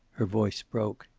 her voice broke.